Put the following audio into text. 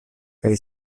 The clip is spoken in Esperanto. kaj